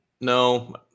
No